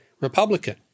Republican